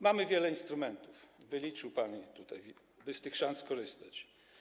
Mamy wiele instrumentów - wyliczył pan je tutaj - by z tych szans skorzystać.